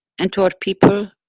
and to our people